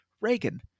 Reagan